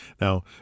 Now